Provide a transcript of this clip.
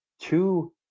Two